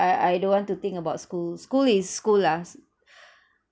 I I don't want to think about school school is school lah